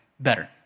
better